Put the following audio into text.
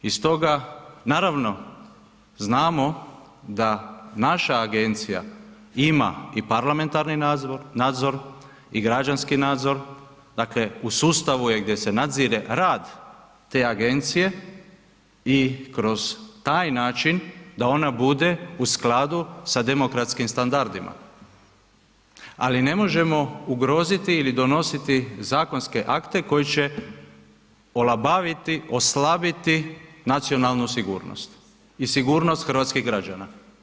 I stoga, naravno znamo da naša agencija ima i parlamentarni nadzor i građanski nadzor, dakle u sustavu je gdje se nadzire rad te agencije i kroz taj način da ona bude u skladu sa demokratskim standardima, ali ne možemo ugroziti ili donositi zakonske akte koji će olabaviti, oslabiti nacionalnu sigurnost i sigurnost hrvatskih građana.